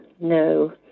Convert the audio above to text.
No